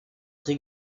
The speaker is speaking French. très